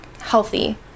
healthy